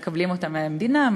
הם מקבלים אותן מהמדינה,